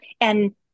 And-